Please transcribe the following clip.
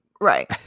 right